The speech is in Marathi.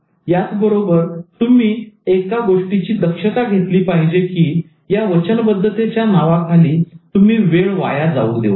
याच बरोबर तुम्ही एका गोष्टीची दक्षता घेतली पाहिजे की या वचनबद्धतेच्या नावाखाली तुम्ही वेळ वाया जाऊ देऊ नका